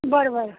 बरं बरं